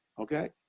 Okay